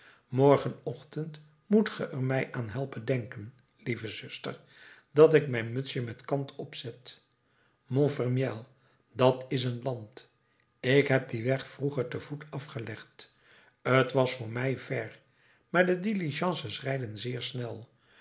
morgenochtend moet ge er mij aan helpen denken lieve zuster dat ik mijn mutsje met kant opzet montfermeil dat is een land ik heb dien weg vroeger te voet afgelegd t was voor mij ver maar de diligences rijden zeer snel